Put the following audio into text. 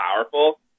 powerful